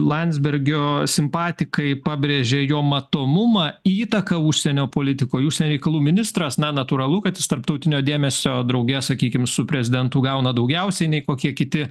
landsbergio simpatikai pabrėžė jo matomumą įtaką užsienio politikoj užsienio reikalų ministras na natūralu kad jis tarptautinio dėmesio drauge sakykim su prezidentu gauna daugiausiai nei kokie kiti